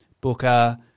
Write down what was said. Booker –